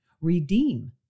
Redeem